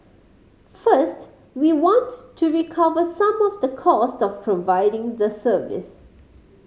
first we want to recover some of the cost of providing the service